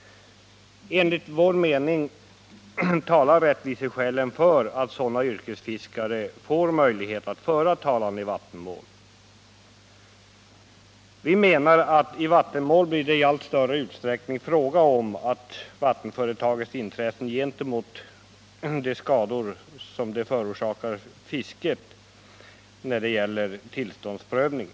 Enligt vår mening talar rättviseskälen för att sådana yrkesfiskare får möjlighet att föra talan i vattenmål. Vi anser att det i vattenmål i allt större utsträckning blir fråga om att väga vattenföretagets intressen gentemot de skador som det förorsakar fisket när det gäller tillåtlighetsprövningen.